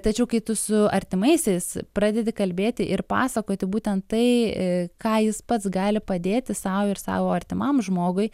tačiau kai tu su artimaisiais pradedi kalbėti ir pasakoti būtent tai ką jis pats gali padėti sau ir savo artimam žmogui